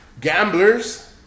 Gamblers